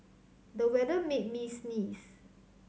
the weather made me sneeze